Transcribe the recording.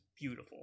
beautiful